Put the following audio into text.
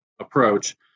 approach